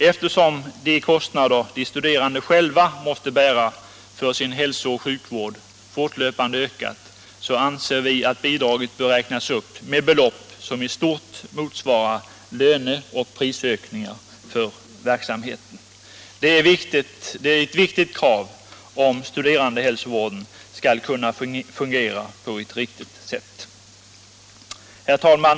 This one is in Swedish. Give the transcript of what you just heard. Eftersom de kostnader de studerande själva måste bära för sin hälso och sjukvård fortlöpande ökat, anser vi att bidraget bör räknas upp med belopp som i stort motsvarar löne och prisökningar för verksamheten. Detta är ett viktigt krav, om studerandehälsovården skall kunna fungera på ett riktigt sätt. Herr talman!